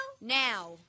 Now